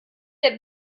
der